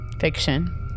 Fiction